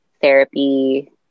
therapy